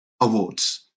awards